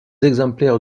exemplaires